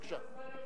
בבקשה.